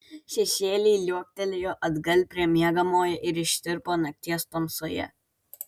šešėliai liuoktelėjo atgal prie miegamojo ir ištirpo nakties tamsoje